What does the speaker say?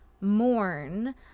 mourn